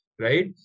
right